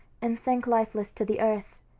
and sank lifeless to the earth.